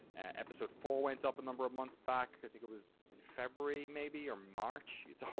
episode four went up a number of months back, i think it was in february maybe, or march. it's all,